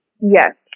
Yes